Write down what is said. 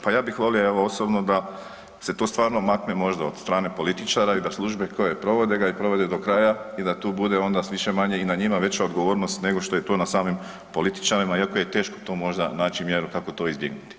Pa ja bih volio evo osobno da se to stvarno makne možda od strane političara i da službe koje provode ga i provode do kraja i da tu bude onda s više-manje i na njima veća odgovornost nego što je to na samim političarima iako je teško tu možda naći mjeru kako to izbjegnuti.